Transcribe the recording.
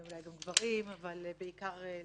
ואולי גם לגברים, אבל בעיקר לנשים,